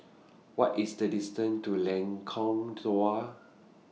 What IS The distance to Lengkong Dua